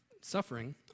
Suffering